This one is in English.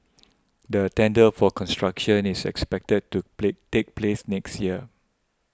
the tender for construction is expected to play take place next year